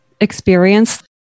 experience